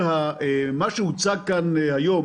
הוצג כאן היום